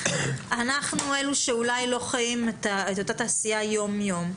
אנחנו אלה שאולי לא חיים את התעשייה יום יום.